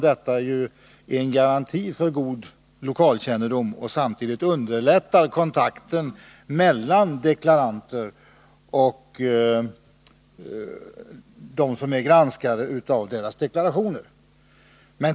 Detta är ju en garanti för god lokalkännedom, och det underlättar samtidigt kontakten mellan deklaranter och dem som granskar deras deklarationer.